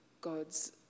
God's